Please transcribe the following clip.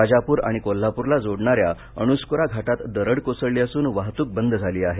राजापूर आणि कोल्हापूरला जोडणाऱ्या अणुस्कुरा घाटात दरड कोसळली असून वाहतूक बंद झाली आहे